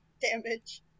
damage